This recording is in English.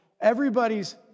Everybody's